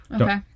Okay